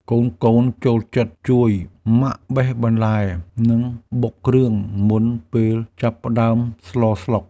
កូនៗចូលចិត្តជួយម៉ាក់បេះបន្លែ និងបុកគ្រឿង មុនពេលចាប់ផ្តើមស្លស្លុក។